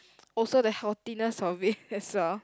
also the healthiness of it as well